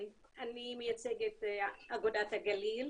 כן, אני מייצגת את אגודת הגליל